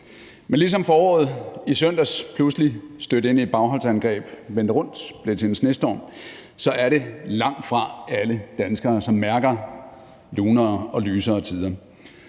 Men ligesom foråret i søndags pludselig stødte ind i et bagholdsangreb og vendte rundt og blev til en snestorm, så er det langt fra alle danskere, som mærker lunere og lysere tider.